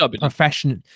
professional